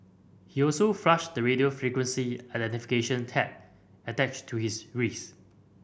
he also flushed the radio frequency identification tag attached to his wrist